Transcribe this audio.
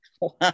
Wow